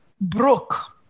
broke